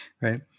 right